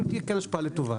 אם תהיה כאן השפעה לטובה,